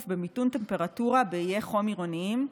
במיתון טמפרטורה באיי חום עירוניים,